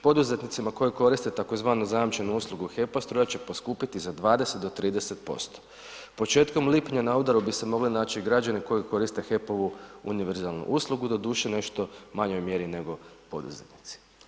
Poduzetnicima koji koriste tzv. zajamčenu uslugu HEP-a, struja će poskupiti za 20 do 30%. početkom lipnja na udaru bi se mogli naći i građani koji korist HEP-ovu univerzalnu uslugu, doduše u nešto manjoj mjeri nego poduzetnici.